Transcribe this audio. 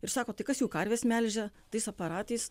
ir sako tai kas jų karves melžia tais aparatais